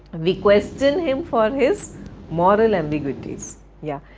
we question him for his moral ambiguities. yeah,